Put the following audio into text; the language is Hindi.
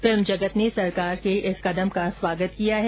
फिल्म जगत ने सरकार के इस कदम का स्वागत किया है